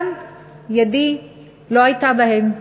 גם כן ידי לא הייתה בהן,